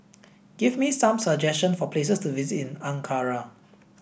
give me some suggestion for places to visit in Ankara